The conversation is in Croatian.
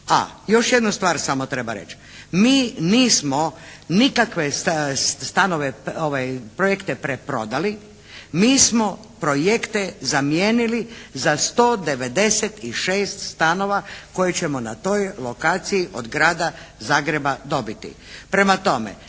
vi. Još jednu stvar samo treba reći. Mi nismo nikakve stanove, projekte preprodali, mi smo projekte zamijenili za 196 stanova koje ćemo na toj lokaciji od Grada Zagreba dobiti. Prema tome,